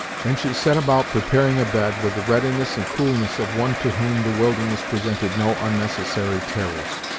and she set about preparing a bed, with the readiness and coolness of one to whom the wilderness presented no unnecessary terrors.